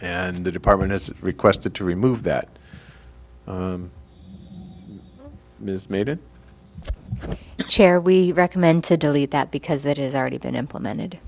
and the department as requested to remove that is made it chair we recommend to delete that because that is already been implemented